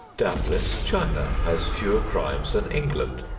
doubtless china has fewer crimes than england.